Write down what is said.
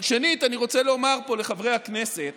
אבל שנית, אני רוצה לומר פה לחברי הכנסת